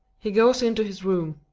he goes into his room.